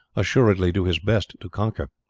assuredly do his best to conquer.